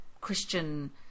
christian